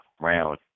round